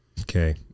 Okay